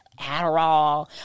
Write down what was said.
Adderall